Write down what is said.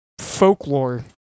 folklore